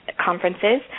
conferences